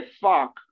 fuck